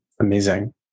Amazing